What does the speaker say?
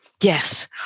Yes